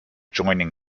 joining